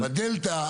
ב"דלתא",